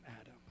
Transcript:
Adam